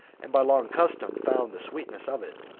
and by long custom found the sweetness of it,